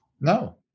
No